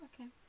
Okay